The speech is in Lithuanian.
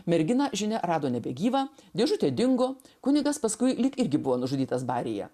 merginą žinia rado nebegyvą dėžutė dingo kunigas paskui lyg irgi buvo nužudytas baryje